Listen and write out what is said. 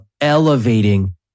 elevating